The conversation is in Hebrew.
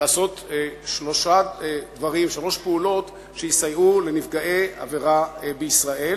לעשות שלוש פעולות שיסייעו לנפגעי עבירה בישראל